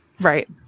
right